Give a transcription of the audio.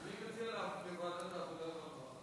אני מציע לוועדת העבודה והרווחה.